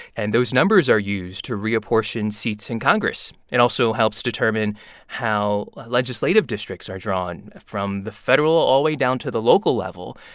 and those numbers are used to reapportion seats in congress. it also helps determine how legislative districts are drawn from the federal all the way down to the local level,